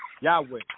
Yahweh